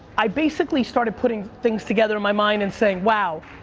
i basically starting putting things together in my mind and saying, wow.